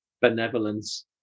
benevolence